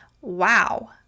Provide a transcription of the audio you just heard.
Wow